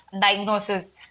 diagnosis